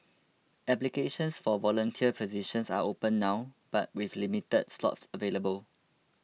applications for volunteer positions are open now but with limited slots available